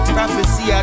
Prophecy